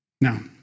Now